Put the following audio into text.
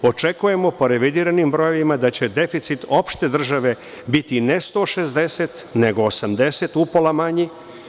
Očekujemo po revidiranim brojevima da će deficit opšte države biti, ne 160, nego 80, upola manji.